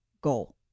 goal